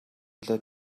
илүү